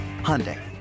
Hyundai